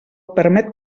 permet